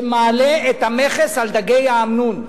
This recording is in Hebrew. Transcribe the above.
שמעלה את המכס על דגי אמנון.